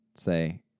Say